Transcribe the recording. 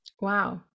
Wow